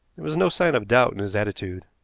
there was no sign of doubt in his attitude,